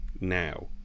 now